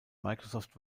microsoft